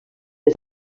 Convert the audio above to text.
les